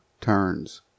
turns